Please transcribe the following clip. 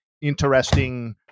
Interesting